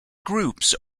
groups